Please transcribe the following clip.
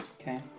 Okay